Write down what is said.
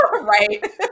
Right